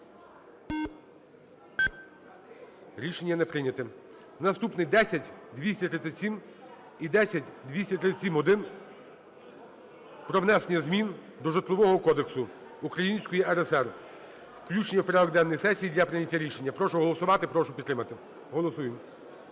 Рішення не прийнято. Наступний - 10237 і 10237-1: про внесення змін до Житлового кодексу Української РСР. Включення в порядок денний сесії для прийняття рішення. Я прошу голосувати, прошу підтримати, голосуємо.